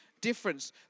difference